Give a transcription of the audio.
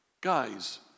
Guys